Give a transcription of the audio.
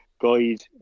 guide